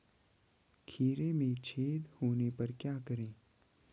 खीरे में छेद होने पर क्या करें?